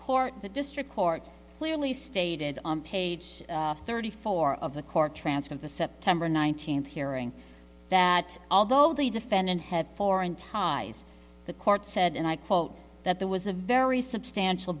court the district court clearly stated on page thirty four of the court transfer of the september nineteenth hearing that although the defendant had foreign ties the court said and i quote that there was a very substantial